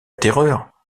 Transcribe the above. terreur